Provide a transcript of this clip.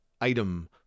item